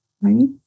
Right